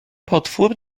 potwór